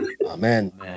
Amen